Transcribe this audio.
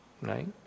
Right